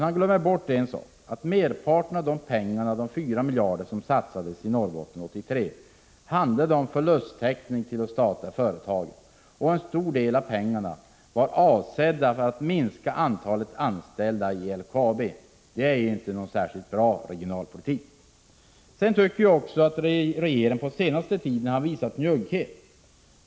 Han glömmer bort en sak, nämligen att merparten av de 4 miljarder som satsades i Norrbotten 1983 gick till täckning av förluster i de statliga företagen. En stor del av pengarna var avsedd för att minska antalet anställda vid LKAB. Det är inte någon särskilt bra regionalpolitik. Jag tycker också att regeringen på den senaste tiden visat njugghet.